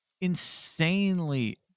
insanely